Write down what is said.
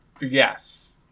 Yes